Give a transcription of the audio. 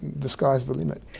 the sky's the limit.